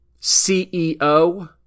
CEO